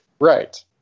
Right